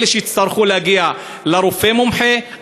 אלה שיצטרכו להגיע לרופא מומחה,